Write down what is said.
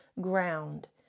ground